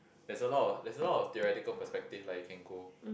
there's a lot of there's a lot of theoretical perspective like you can go